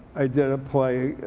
i did a play,